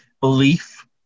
belief